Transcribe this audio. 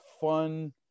fun